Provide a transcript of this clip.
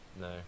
No